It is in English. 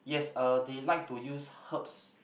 yes uh they like to use herbs